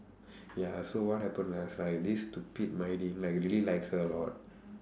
ya so what happened last right this stupid like really like her a lot